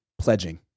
pledging